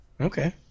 Okay